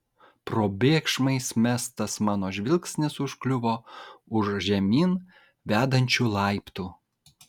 probėgšmais mestas mano žvilgsnis užkliuvo už žemyn vedančių laiptų